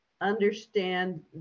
understand